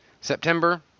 September